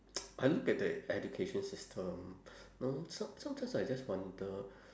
I look at the education system know some~ sometimes I just wonder